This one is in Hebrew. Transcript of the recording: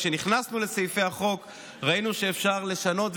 כשנכנסנו לסעיפי החוק ראינו שאפשר לשנות,